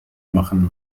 machen